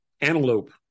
antelope